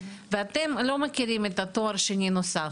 אתם לא מכירים בתואר השני הנוסף.